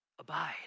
Abide